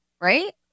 Right